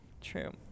True